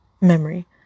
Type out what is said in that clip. Memory